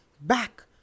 back